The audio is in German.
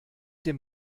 dem